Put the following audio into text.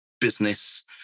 business